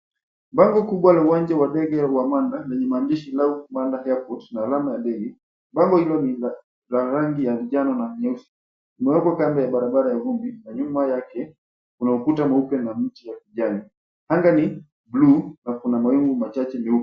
Bango kubwa la uwanja wa ndege wa Manda lenye maandishi Lau Manda Airport na alama ya ndege. Bango hilo ni za rangi ya njano na nyeusi. Umewekwa kando ya barabara ya vumbi na nyuma yake kuna ukuta mweupe na mti ya kijani. Anga ni blue na kuna mawingu machache nyeupe.